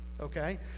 Okay